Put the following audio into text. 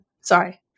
Sorry